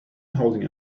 holding